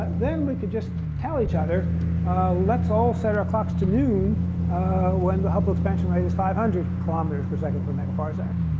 then we could just tell each other let's all set our clocks to noon when the hubble expansion rate is five hundred kilometers per second per megaparsec.